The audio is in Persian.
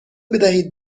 بدهید